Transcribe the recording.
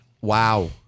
Wow